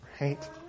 right